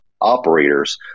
operators